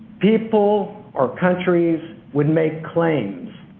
people or countries would make claims.